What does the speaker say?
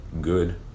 good